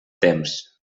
temps